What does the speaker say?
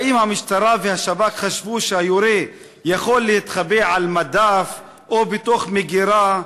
האם המשטרה והשב"כ חשבו שהיורה יכול להתחבא או על מדף או בתוך מגירה,